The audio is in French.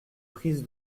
prise